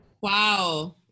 Wow